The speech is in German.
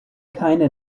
keine